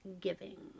giving